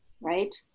right